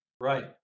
right